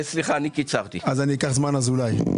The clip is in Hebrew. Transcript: אז אני אקח זמן אזולאי.